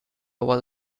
was